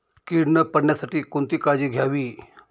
कीड न पडण्यासाठी कोणती काळजी घ्यावी?